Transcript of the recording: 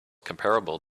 comparable